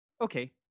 Okay